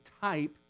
type